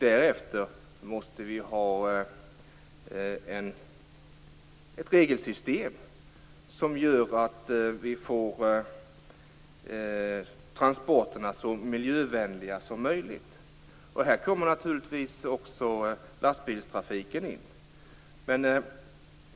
Därefter måste vi ha ett regelsystem som gör att transporterna blir så miljövänliga som möjligt. Här kommer naturligtvis också lastbilstrafiken in.